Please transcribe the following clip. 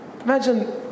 Imagine